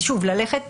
שוב, זה כן ללכת